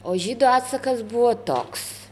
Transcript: o žydų atsakas buvo toks